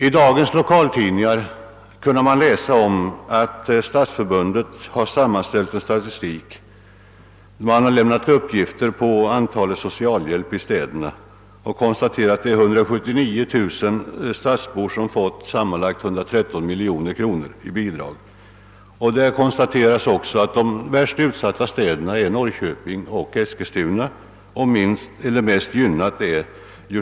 I dagens lokaltidningar kunde man läsa att stadsförbundet har sammanställt en statistik med uppgifter beträffande antalet personer med socialhjälp i städerna. Där konstateras att 179 000 stadsbor fått sammanlagt 113 miljoner kronor i bidrag. Det konstateras också att de värst utsatta städerna är Norrköping och Eskilstuna, medan Djursholm är mest gynnat.